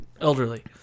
elderly